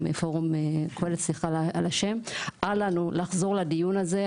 אל לנו לחזור לדיון הזה.